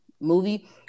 movie